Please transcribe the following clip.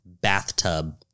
Bathtub